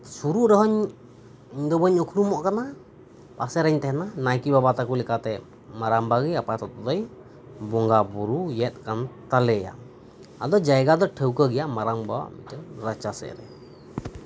ᱥᱩᱨᱩᱜ ᱨᱮᱦᱚᱧ ᱤᱧ ᱫᱚ ᱵᱟᱹᱧ ᱩᱠᱷᱲᱩᱢᱚᱜ ᱠᱟᱱᱟ ᱯᱟᱥᱮᱨᱮᱧ ᱛᱟᱦᱮᱸᱱᱟ ᱱᱟᱭᱠᱮ ᱵᱟᱵᱟ ᱛᱟᱠᱚ ᱞᱮᱠᱟᱛᱮ ᱢᱟᱨᱟᱢᱵᱟ ᱜᱮ ᱟᱯᱟ ᱛᱚᱛᱚᱭ ᱵᱚᱸᱜᱟ ᱵᱩᱨᱩᱭᱮᱫ ᱠᱟᱱ ᱛᱟᱞᱮᱭᱟ ᱟᱫᱚ ᱡᱟᱭᱜᱟ ᱫᱚ ᱴᱷᱟᱹᱣᱠᱟᱹ ᱜᱮᱭᱟ ᱢᱟᱨᱟᱝᱵᱟᱣᱟᱜ ᱨᱟᱪᱟᱥᱮᱫ ᱨᱮ